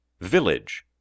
Village